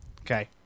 Okay